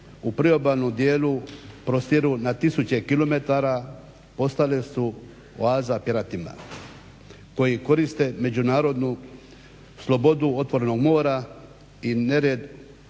u priobalnom dijelu prostiru na tisuće kilometara postale su oaza Piratima koji koriste međunarodnu slobodu otvorenog mora i nered